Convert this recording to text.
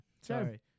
Sorry